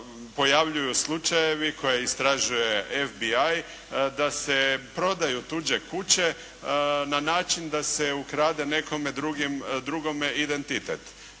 pojavljuju slučajevi koje istražuje FBI da se prodaju tuđe kuće na način da se ukrade nekome drugome identitet.